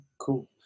cool